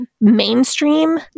mainstream